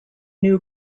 new